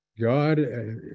god